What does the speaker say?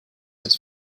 its